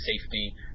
safety